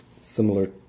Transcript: similar